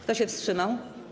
Kto się wstrzymał?